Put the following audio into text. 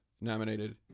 nominated